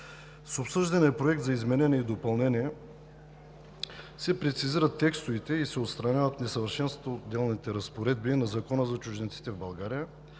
С обсъждания проект за изменение и допълнение се прецизират текстовете и се отстраняват несъвършенствата в отделните разпоредби на Закона за чужденците в Република